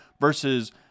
versus